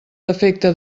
defecte